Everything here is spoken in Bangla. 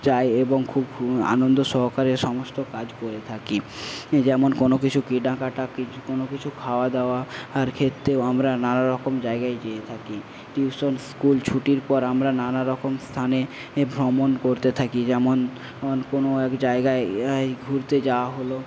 যাই এবং খুব আনন্দ সহকারে সমস্ত কাজ করে থাকি যেমন কোন কিছু কেনাকাটা কোন কিছু খাওয়াদাওয়ার ক্ষেত্রেও আমরা নানারকম জায়গায় যেয়ে থাকি টিউশন স্কুল ছুটির পর আমরা নানারকম স্থানে ভ্রমণ করতে থাকি যেমন কোন এক জায়গায় ঘুরতে যাওয়া হল